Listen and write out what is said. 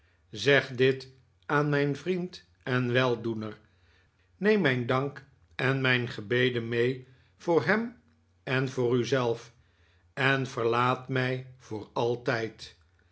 zeg dit aan mijn vriend en weldoener neem mijn dank en mijn gebeden mee voor hem en voor u zelf en verlaat mij voor altijd